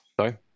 Sorry